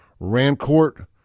Rancourt